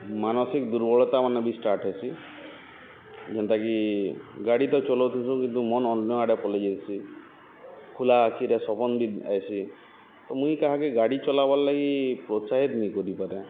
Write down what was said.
ମାନସିକ୍ ଦୁର୍ବଳତା ମାନେ ବି ଷ୍ଟାର୍ଟ୍ ହେସି ଯେନ୍ତାକି ଗାଡ଼ି ତ ଚଲଉଥିସୁଁ କିନ୍ତୁ ମନ୍ ଅନ୍ୟ ଆଡ଼େ ପଲେଇ ଯାଇସି ଖୋଲା ଆଖିରେ ସପନ୍ ବି ଆସି ତ ମୁଇଁ କାହାକେ ଗାଡ଼ି ଚଲାବାର୍ ଲାଗି ପ୍ରୋତ୍ସାହିତ୍ ନେଇ କରିପାରେ